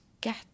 get